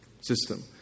system